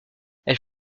elle